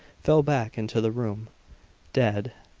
fell back into the room dead.